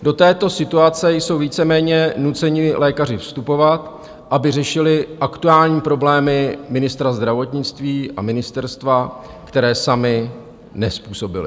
Do této situace jsou víceméně nuceni lékaři vstupovat, aby řešili aktuální problémy ministra zdravotnictví a ministerstva, které sami nezpůsobili.